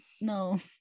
no